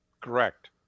Correct